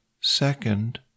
second